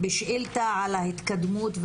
ושאילתה על ההתקדמות,